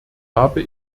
habe